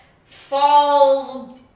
fall